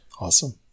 Awesome